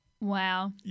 Wow